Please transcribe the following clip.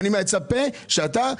אני מצפה שאתה,